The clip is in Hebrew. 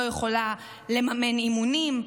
לא יכולה לממן אימונים.